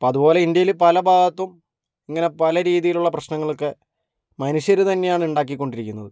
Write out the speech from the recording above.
അപ്പോൾ അതുപോലെ ഇന്ത്യയിൽ പല ഭാഗത്തും ഇങ്ങനെ പല രീതിയിലുള്ള പ്രശ്നങ്ങളൊക്കെ മനുഷ്യർ തന്നെയാണ് ഉണ്ടാക്കി കൊണ്ടിരിക്കുന്നത്